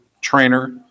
trainer